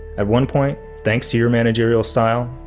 at one point, thanks to your managerial style,